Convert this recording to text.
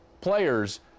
players